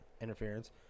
interference